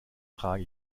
trage